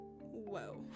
whoa